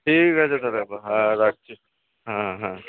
ঠিক আছে তাহলে এবার হ্যাঁ রাখছি হ্যাঁ হ্যাঁ ঠিক আছে